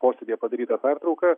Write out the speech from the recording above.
posėdyje padaryta pertrauka